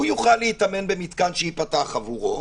יוכל להתאמן במתקן שייפתח עבורו,